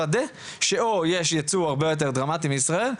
לוודא שאו יש ייצוא הרבה יותר דרמטי ממדינת ישראל,